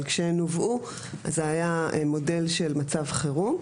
אבל כשהן הובאו זה היה מודל של מצב חירום,